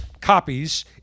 copies